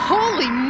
Holy